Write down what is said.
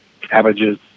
Cabbages